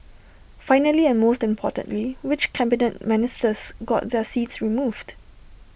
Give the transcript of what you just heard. finally and most importantly which Cabinet Ministers got their seats moved